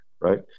right